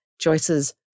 Joyce's